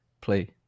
play